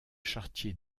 chartier